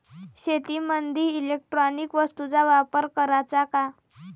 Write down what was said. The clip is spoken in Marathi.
शेतीमंदी इलेक्ट्रॉनिक वस्तूचा वापर कराचा का?